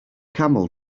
camel